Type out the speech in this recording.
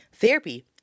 therapy